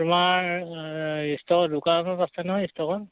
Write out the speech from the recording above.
তোমাৰ ইষ্ট'কৰ দোকানত আছে ন ইষ্টকত